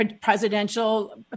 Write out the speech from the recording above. presidential